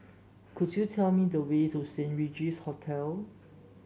could you tell me the way to Saint Regis Hotel